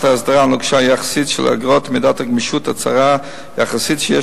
ההסדרה הנוקשה יחסית של אגרות ומידת הגמישות הצרה יחסית שיש